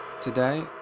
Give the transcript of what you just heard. Today